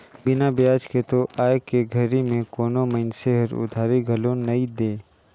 बिना बियाज के तो आयके घरी में कोनो मइनसे हर उधारी घलो नइ दे